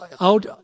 out